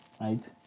right